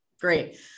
Great